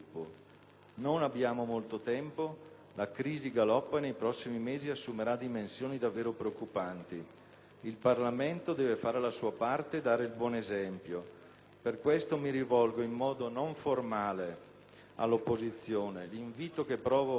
Non abbiamo molto tempo: la crisi galoppa e nei prossimi mesi assumerà dimensioni davvero preoccupanti. Il Parlamento deve fare la sua parte e dare il buon esempio. Per questo mi rivolgo in modo non formale all'opposizione.